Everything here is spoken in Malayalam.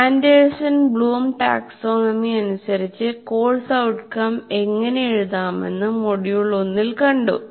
ആൻഡേഴ്സൺ ബ്ലൂം ടാക്സോണമി അനുസരിച്ച് കോഴ്സ് ഔട്ട്കം എങ്ങനെ എഴുതാമെന്ന് മൊഡ്യൂൾ 1 ൽ കണ്ടു